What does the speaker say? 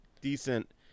decent